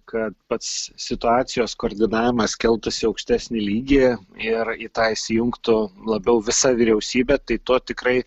kad pats situacijos koordinavimas keltųsi į aukštesnį lygį ir į tai įsijungtų labiau visa vyriausybė tai to tikrai